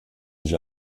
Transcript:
sich